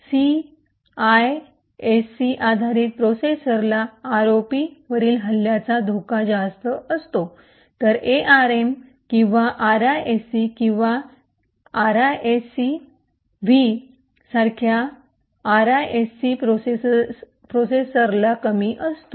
CISCE आधारित प्रोसेसरला ROP वरील हल्ल्यांचा धोका जास्त असतो तर एआरएम किंवा ओपनआरआयएससी किंवा आरआयएससी व्ही सारख्या आरआयएससी प्रोसेसरला कमी असतो